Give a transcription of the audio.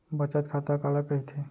बचत खाता काला कहिथे?